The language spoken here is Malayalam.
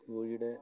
കോഴിയുടെ